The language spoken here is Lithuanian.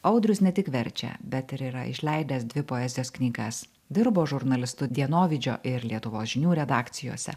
audrius ne tik verčia bet ir yra išleidęs dvi poezijos knygas dirbo žurnalistu dienovidžio ir lietuvos žinių redakcijose